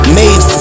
made